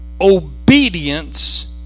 obedience